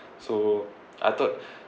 so I thought